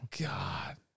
God